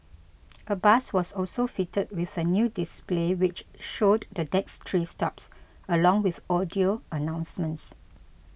a bus was also fitted with a new display which showed the next three stops along with audio announcements